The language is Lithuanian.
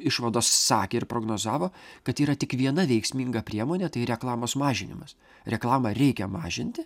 išvados sakė ir prognozavo kad yra tik viena veiksminga priemonė tai reklamos mažinimas reklamą reikia mažinti